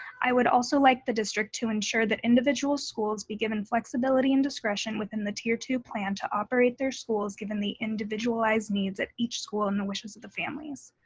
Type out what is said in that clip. i would also like the district to ensure that individual schools be given flexibility and discretion within the tier two plan to operate their schools given the individualized needs at each school and the wishes of the families.